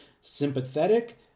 sympathetic